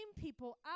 people